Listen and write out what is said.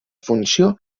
funció